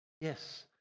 Yes